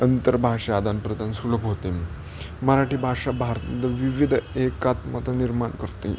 अंतर भाषा आदानप्रदान सुलभ होते मराठी भाषा भारतात विविध एकात्मता निर्माण करते